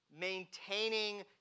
maintaining